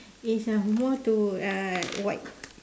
it is uh more to uh white